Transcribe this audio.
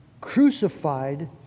crucified